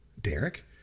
Derek